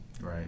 right